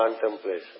contemplation